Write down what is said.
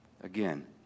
Again